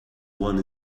one